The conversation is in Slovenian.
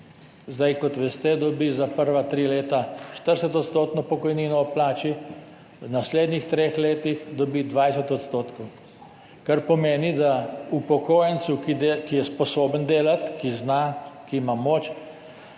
Zdaj, kot veste dobi za prva 3 leta 40 % pokojnino ob plači, v naslednjih treh letih dobi 20 %, kar pomeni, da upokojencu, ki je sposoben delati, ki zna, ki ima moč,